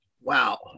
Wow